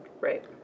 Right